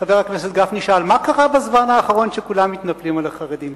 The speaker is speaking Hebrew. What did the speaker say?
חבר הכנסת גפני שאל מה קרה בזמן האחרון שכולם מתנפלים על החרדים.